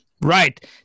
Right